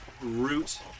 root